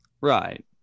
right